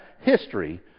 history